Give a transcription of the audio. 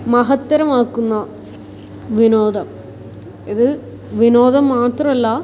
മഹത്തരം ആക്കുന്ന വിനോദം ഇത് വിനോദം മാത്രമല്ല